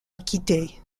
acquitté